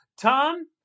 Tom